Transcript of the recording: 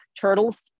turtles